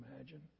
imagine